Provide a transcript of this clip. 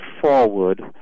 forward